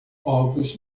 ovos